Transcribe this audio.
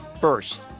first